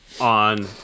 on